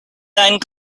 deinen